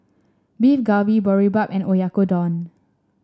Beef Galbi Boribap and Oyakodon